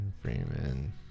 Freeman